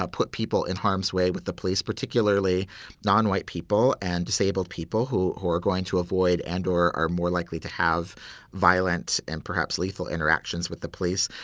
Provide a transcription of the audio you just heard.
ah put people in harm's way with the police, particularly non-white people and disabled people who who are going to avoid and or are more likely to have violence and perhaps lethal interactions with the police.